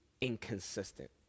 inconsistent